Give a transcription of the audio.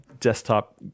desktop